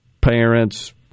parents